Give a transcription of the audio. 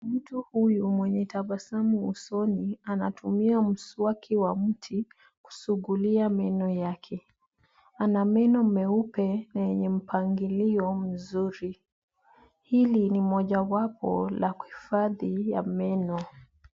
Mtu huyu mwenye tabasamu usoni, anatumia mswaki wa mti kusugulia meno yake. Ana meno meupe na yenye mpangilio mzuri. Hili ni mojawapo la kuhifadhi ya meno.